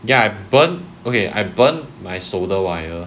ya I burn okay I burn my solder wire